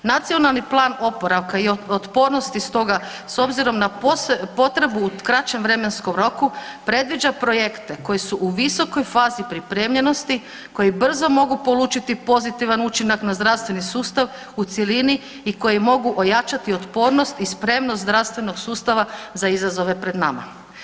Nacionalni plan oporavka i otpornosti stoga s obzirom na potrebu u kraćem vremenskom roku predviđa projekte koji su u visokoj fazi pripremljenosti koji brzo mogu polučiti pozitivan učinak na zdravstveni sustav u cjelini i koji mogu ojačati otpornost i spremnost zdravstvenog sustava za izazove pred nama.